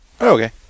Okay